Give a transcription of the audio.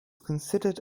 considered